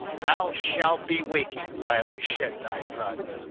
thou shalt be waking, while i shed thy blood,